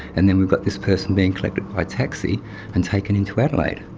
and then we've got this person being collected by taxi and taken into adelaide.